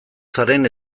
zaren